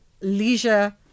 leisure